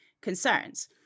concerns